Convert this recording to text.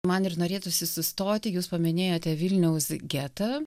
man ir norėtųsi sustoti jūs paminėjote vilniaus getą